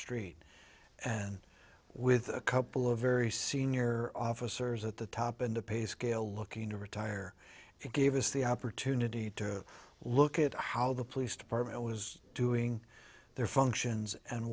street and with a couple of very senior officers at the top and the pay scale looking to retire it gave us the opportunity to look at how the police department was doing their functions and